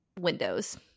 windows